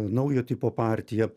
naujo tipo partiją